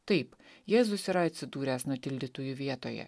taip jėzus yra atsidūręs nutildytųjų vietoje